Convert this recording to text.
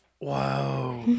Wow